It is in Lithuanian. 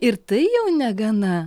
ir tai jau negana